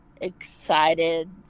excited